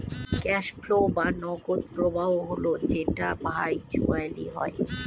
cash flow বা নগদ প্রবাহ হল যেটা ভার্চুয়ালি হয়